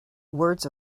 words